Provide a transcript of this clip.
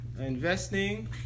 investing